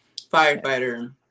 firefighter